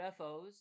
UFOs